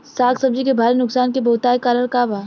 साग सब्जी के भारी नुकसान के बहुतायत कारण का बा?